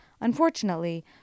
Unfortunately